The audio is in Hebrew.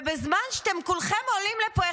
ובזמן שאתם כולכם עולים לפה,